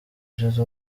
ushize